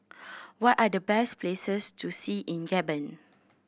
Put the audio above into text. what are the best places to see in Gabon